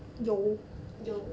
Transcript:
yo yo